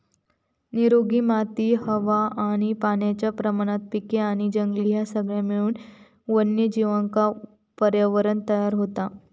निरोगी माती हवा आणि पाण्याच्या प्रमाणात पिके आणि जंगले ह्या सगळा मिळून वन्यजीवांका पर्यावरणं तयार होता